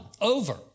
Over